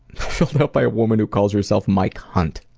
you know by a woman who calls herself my cunt.